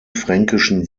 fränkischen